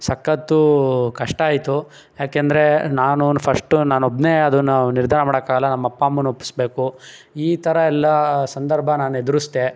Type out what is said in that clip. ಸಕತ್ತು ಕಷ್ಟವಾಯ್ತು ಯಾಕೆ ಅಂದರೆ ನಾನು ನ್ ಫಸ್ಟು ನಾನು ಒಬ್ಬನೇ ಅದನ್ನ ನಿರ್ಧಾರ ಮಾಡೋಕ್ಕಾಗಲ್ಲ ನಮ್ಮ ಅಪ್ಪ ಅಮ್ಮನ್ನ ಒಪ್ಪಿಸ್ಬೇಕು ಈ ಥರ ಎಲ್ಲ ಸಂದರ್ಭ ನಾನು ಎದುರಿಸ್ದೆ